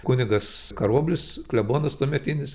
kunigas karoblis klebonas tuometinis